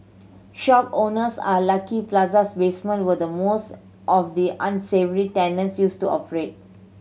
shop owners at Lucky Plaza's basement where most of the unsavoury tenants used to operate